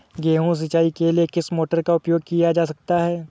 गेहूँ सिंचाई के लिए किस मोटर का उपयोग किया जा सकता है?